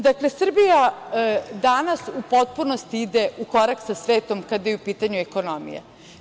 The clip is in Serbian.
Dakle, Srbija danas u potpunosti ide u korak sa svetom kada je u pitanju ekonomija.